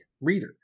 reader